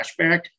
flashback